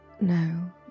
No